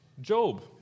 Job